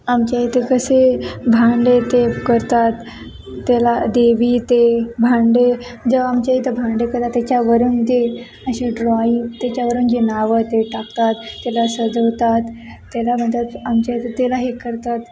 आमच्या इथे कसे भांडे ते करतात तेला देवी ते भांडे जे आमच्या इथं भांडे करतात त्याच्यावरून जे असे ड्रॉईंग त्याच्यावरून जे नावं ते टाकतात त्याला सजवतात त्याला मदत आमच्या इथं त्याला हे करतात